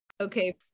okay